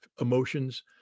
emotions